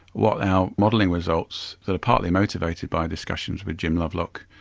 what our modelling results, that are partly motivated by discussions with jim lovelock,